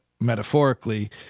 metaphorically